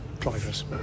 Drivers